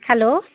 hello